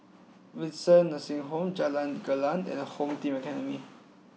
Windsor Nursing Home Jalan Gelegar and Home Team Academy